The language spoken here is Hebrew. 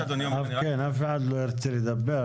כן, אף אחד לא ירצה לדבר.